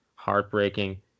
heartbreaking